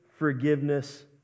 Forgiveness